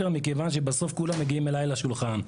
מכיוון שבסוף כולם מגיעים אליי לשולחן.